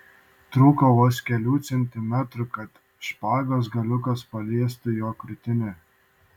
trūko vos kelių centimetrų kad špagos galiukas paliestų jo krūtinę